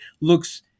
looks